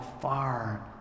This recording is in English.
far